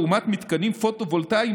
לעומת מתקנים פוטו-וולטאיים,